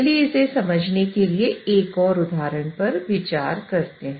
चलिए इसे समझने के लिए एक और उदाहरण पर विचार करते हैं